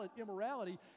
immorality